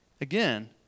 Again